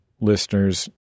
listeners